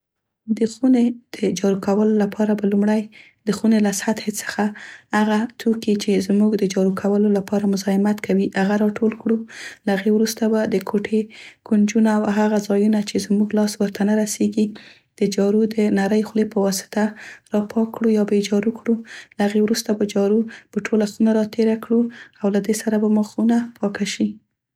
د خونې د جارو کولو لپاره به لومړی د خونې له سطحې څخه هغه توکي چې زموږ د جارو کولو لپاره مزاحمت کوي، هغه راټول کړو له هغې وروسته به د ګوټې کونجونه او هغه ځایونه چې زموږ لاس ورته نه رسیګي د جارو د نرۍ خولې په واسطه راپاک کړو یا به یې جارو کړ. له هغې وروسته به جارو په ټوله خونه راتیره کړو او له دې سره به مو خونه پاکه شي.